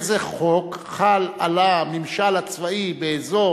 איזה חוק חל על הממשל הצבאי באזור